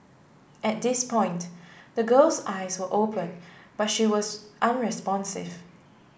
at this point the girl's eyes were open but she was unresponsive